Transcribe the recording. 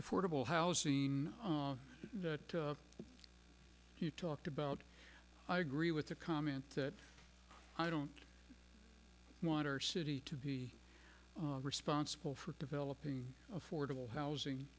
affordable housing that you talked about i agree with the comment that i don't want our city to be responsible for developing affordable